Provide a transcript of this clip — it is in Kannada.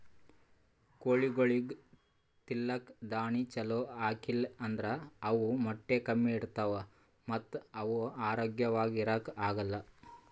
ಕೋಳಿಗೊಳಿಗ್ ತಿಲ್ಲಕ್ ದಾಣಿ ಛಲೋ ಹಾಕಿಲ್ ಅಂದ್ರ ಅವ್ ಮೊಟ್ಟೆ ಕಮ್ಮಿ ಇಡ್ತಾವ ಮತ್ತ್ ಅವ್ ಆರೋಗ್ಯವಾಗ್ ಇರಾಕ್ ಆಗಲ್